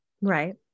right